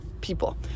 people